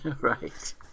Right